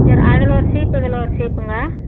சரி அதில் ஒரு சீப்பு இதில் ஒரு சீப்புங்க